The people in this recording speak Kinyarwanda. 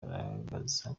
kugaragaza